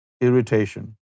irritation